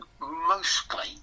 mostly